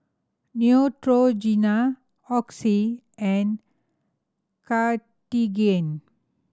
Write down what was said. Neutrogena Oxy and Cartigain